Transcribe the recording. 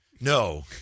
No